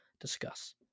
discuss